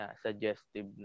suggestive